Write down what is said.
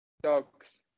Dogs